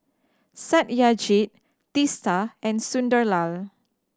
Satyajit Teesta and Sunderlal